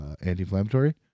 anti-inflammatory